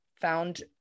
found